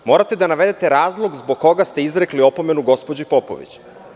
Morate da navedete razlog zbog koga ste izrekli opomenu gospođi Popović.